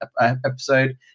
episode